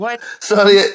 Sorry